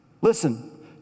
Listen